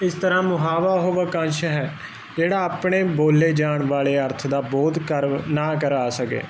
ਇਸ ਤਰ੍ਹਾਂ ਮੁਹਾਵਰਾ ਉਹ ਵਾਕੰਸ਼ ਹੈ ਜਿਹੜਾ ਆਪਣੇ ਬੋਲੇ ਜਾਣ ਵਾਲੇ ਅਰਥ ਦਾ ਬੋਧ ਕਰ ਨਾ ਕਰਾ ਸਕੇ